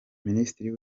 minisitiri